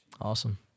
Awesome